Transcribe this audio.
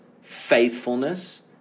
faithfulness